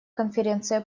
конференция